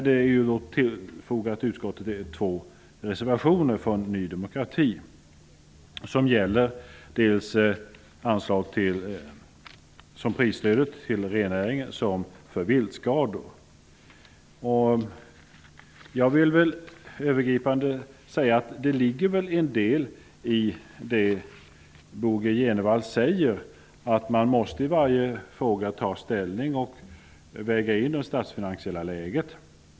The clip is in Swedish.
Det har till utskottets betänkande fogats två reservationer från Ny demokrati som gäller dels anslag till prisstöd till rennäringen, dels anslag till ersättningar för viltskador m.m. Jag vill rent övergripande säga att det ligger en del i det Bo G Jenevall säger. Man måste i varje fråga ta ställning och väga in det statsfinansiella läget.